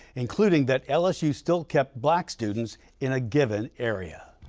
including that lsu still kept black students in a given area.